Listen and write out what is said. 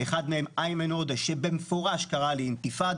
אחד מהם הוא איימן עודה שבמפורש קרא לאינתיפאדה.